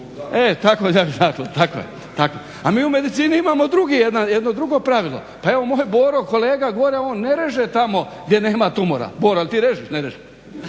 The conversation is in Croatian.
E tako je. A mi u medicini imamo drugi jedan, jedno drugo pravilo, pa evo moj Boro kolega gore on ne reže tamo gdje nema tumora. Boro jel ti režeš, ne režeš.